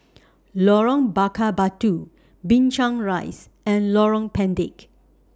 Lorong Bakar Batu Binchang Rise and Lorong Pendek